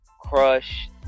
crush